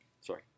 Sorry